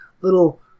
little